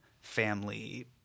family